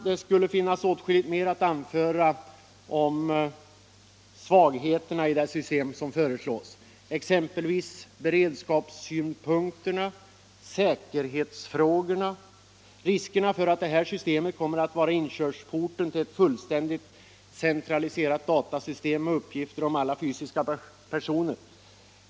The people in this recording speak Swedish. Det skulle finnas åtskilligt mer att anföra om svagheterna i det system som föreslås, exempelvis beredskapssynpunkterna, säkerhetsfrågorna, riskerna för att systemet kommer att vara inkörsporten till ett fullständigt centraliserat datasystem med uppgifter om alla fysiska personer.